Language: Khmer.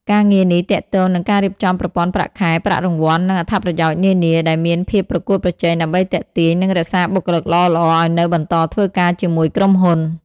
ការងារនេះទាក់ទងនឹងការរៀបចំប្រព័ន្ធប្រាក់ខែ ប្រាក់រង្វាន់ និងអត្ថប្រយោជន៍នានា ដែលមានភាពប្រកួតប្រជែង ដើម្បីទាក់ទាញ និងរក្សាបុគ្គលិកល្អៗឱ្យនៅបន្តធ្វើការជាមួយក្រុមហ៊ុន។